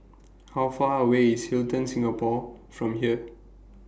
How Far away IS Hilton Singapore from here